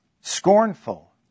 scornful